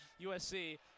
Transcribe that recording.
USC